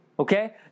Okay